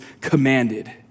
commanded